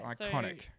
iconic